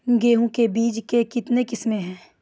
गेहूँ के बीज के कितने किसमें है?